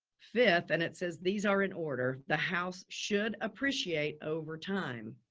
fifth and it says these are in order, the house should appreciate over time.